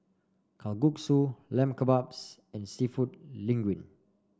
Kalguksu Lamb Kebabs and seafood Linguine